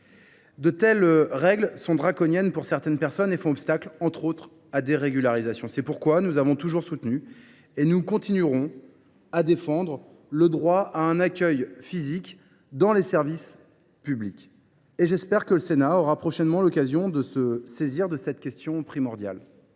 De telles règles apparaissent comme draconiennes pour certaines personnes et font obstacle, entre autres, à des régularisations. C’est pourquoi nous avons toujours soutenu et continuerons à défendre le droit à un accueil physique dans les services publics. Je souhaite que le Sénat ait prochainement l’occasion de se saisir de cette question primordiale.